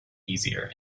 easier